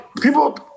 people